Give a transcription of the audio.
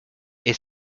est